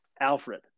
Alfred